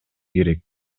керек